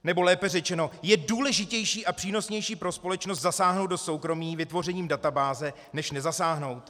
Nebo lépe řečeno, je důležitější a přínosnější pro společnost zasáhnout do soukromí vytvořením databáze než nezasáhnout?